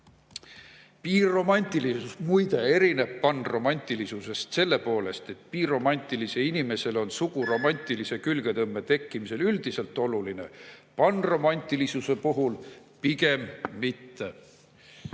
"Biromantilisus erineb panromantilisusest selle poolest, et biromantilisele inimesele on sugu romantilise külgetõmbe tekkimisel üldiselt oluline, panromantilisuse puhul pigem mitte."